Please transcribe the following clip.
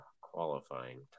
qualifying